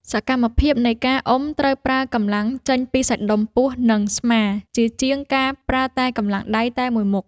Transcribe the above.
សកម្មភាពនៃការអុំត្រូវប្រើកម្លាំងចេញពីសាច់ដុំពោះ និងស្មា ជាជាងការប្រើតែកម្លាំងដៃតែមួយមុខ។